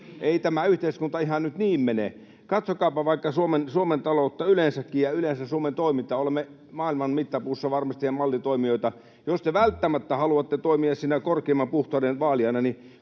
Ei tämä yhteiskunta nyt ihan niin mene. Katsokaapa vaikka Suomen taloutta yleensäkin ja yleensä Suomen toimintaa: olemme maailman mittapuussa varmasti mallitoimijoita. Jos te välttämättä haluatte toimia siinä korkeimman puhtauden vaalijana, niin